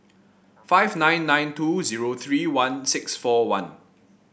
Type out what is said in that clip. five nine nine two zero three one six four one